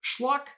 Schlock